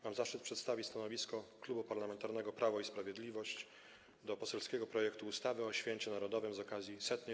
Mam zaszczyt przedstawić stanowisko Klubu Parlamentarnego Prawo i Sprawiedliwość wobec poselskiego projektu ustawy o Święcie Narodowym z okazji 100.